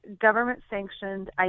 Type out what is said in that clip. government-sanctioned